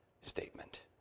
statement